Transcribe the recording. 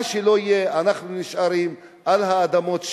מה שלא יהיה, אנחנו נשארים על האדמות שלנו.